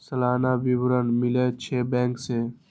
सलाना विवरण मिलै छै बैंक से?